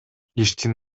иштин